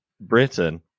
britain